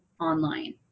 online